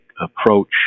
approach